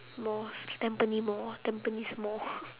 malls tampines mall tampines mall